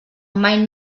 mai